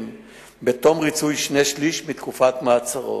בתום ריצוי שני-שלישים מתקופת מאסרו,